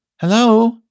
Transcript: Hello